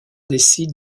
décide